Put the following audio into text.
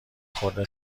خورده